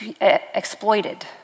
exploited